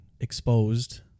exposed